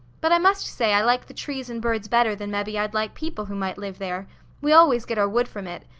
but i must say i like the trees and birds better than mebby i'd like people who might live there we always git our wood from it,